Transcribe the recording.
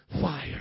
fire